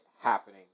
happening